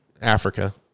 Africa